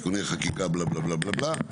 (תיקוני חקיקה ליישום המדיניות הכלכלית לשנות התקציב 2023 ו-2024),